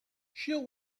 she’ll